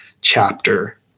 chapter